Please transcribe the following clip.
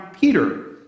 Peter